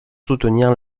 soutenir